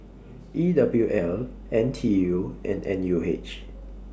E W L N T U and N U H